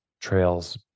trails